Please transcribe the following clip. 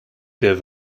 der